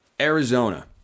arizona